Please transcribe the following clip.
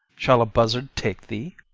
shall a buzzard take thee?